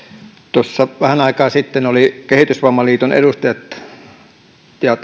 tuossa vähän aikaa sitten tapasin kehitysvammaliiton edustajia ja